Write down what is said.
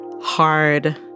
hard